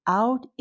out